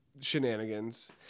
shenanigans